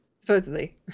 Supposedly